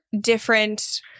different